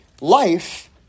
life